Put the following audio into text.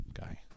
Guy